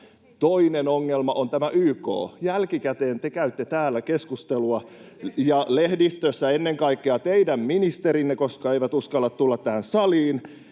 Toinen ongelma on tämä YK. Jälkikäteen te käytte keskustelua täällä ja lehdistössä — ennen kaikkea teidän ministerinne, koska eivät uskalla tulla tähän saliin.